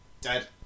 dead